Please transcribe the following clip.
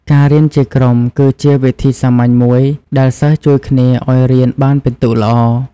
ការរៀនជាក្រុមគឺជាវិធីសាមញ្ញមួយដែលសិស្សជួយគ្នាឲ្យរៀនបានពិន្ទុល្អ។